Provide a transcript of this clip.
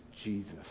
Jesus